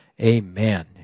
Amen